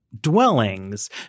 dwellings